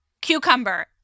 cucumber